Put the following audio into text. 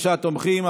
27 תומכים,